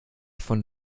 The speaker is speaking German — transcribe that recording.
von